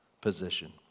position